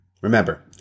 Remember